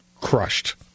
crushed